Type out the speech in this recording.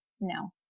no